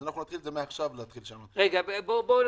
זה רעיון